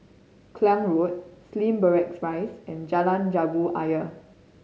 Klang Road Slim Barracks Rise and Jalan Jambu Ayer